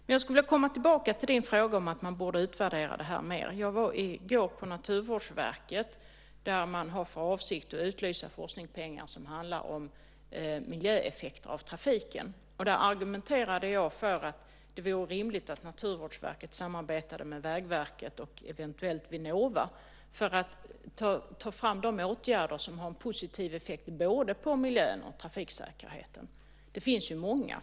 Men jag skulle vilja komma tillbaka till att detta borde utvärderas mer. Jag var i går på Naturvårdsverket där man har för avsikt att utlysa forskningspengar för undersökning av miljöeffekter av trafiken. Jag argumenterade för att det vore rimligt att Naturvårdsverket samarbetade med Vägverket och eventuellt också med Vinnova för att få fram åtgärder som har positiv effekt både på miljön och på trafiksäkerheten. Det finns ju många.